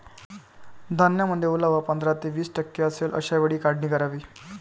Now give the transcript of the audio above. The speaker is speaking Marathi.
धान्यामध्ये ओलावा पंधरा ते वीस टक्के असेल अशा वेळी काढणी करावी